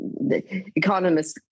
economists